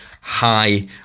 high